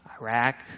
Iraq